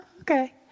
okay